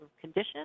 condition